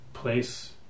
Place